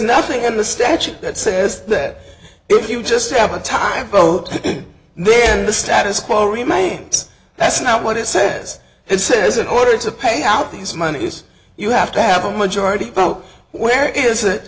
nothing in the statute that says that if you just have a time vote then the status quo remains that's not what it says it says in order to pay out these monies you have to have a majority vote where is it